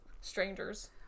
strangers